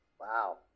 Wow